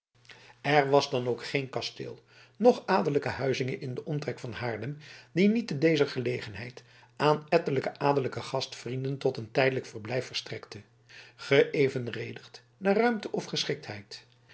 er was dan ook geen kasteel noch adellijke huizinge in den omtrek van haarlem die niet te dezer gelegenheid aan ettelijke adellijke gastvrienden tot een tijdelijk verblijf verstrekte geëvenredigd naar ruimte of